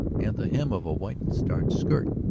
and the hem of a white starched skirt.